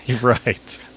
Right